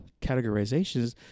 categorizations